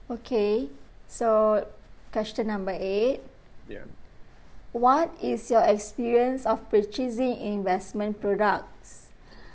okay so question number eight what is your experience of purchasing investment products